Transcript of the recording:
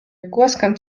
głaskam